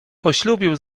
poślubił